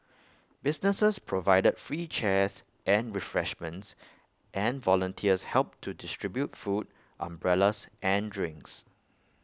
businesses provided free chairs and refreshments and volunteers helped to distribute food umbrellas and drinks